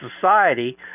society